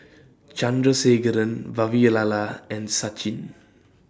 Chandrasekaran Vavilala and Sachin